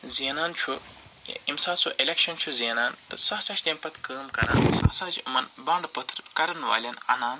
زینان چھُ ییٚمہِ ساتہٕ سُہ ایٚلیٚکشن چھُ زینان تہٕ سُہ ہَسا چھُ تَمہِ پتہٕ کٲم کَران سُہ ہسا چھُ یِمن بانٛڈٕ پٲتھٕر کَرن والیٚن اَنان